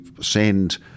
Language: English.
send